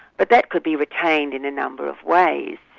but that could be retained in a number of ways.